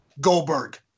Goldberg